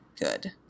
good